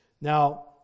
Now